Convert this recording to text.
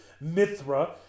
Mithra